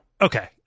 Okay